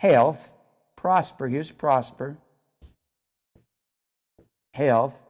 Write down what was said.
health prosperous prosper health